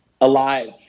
alive